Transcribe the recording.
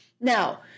Now